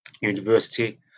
University